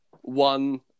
one